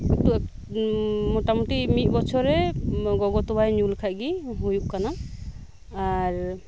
ᱮᱠᱴᱩ ᱢᱚᱴᱟ ᱢᱩᱴᱤ ᱢᱤᱫ ᱵᱚᱪᱷᱚᱨᱮ ᱜᱚᱜᱚ ᱛᱚᱣᱟᱭ ᱧᱩ ᱞᱮᱠᱷᱟᱱ ᱜᱮ ᱦᱳᱭᱳᱜ ᱠᱟᱱᱟ ᱟᱨ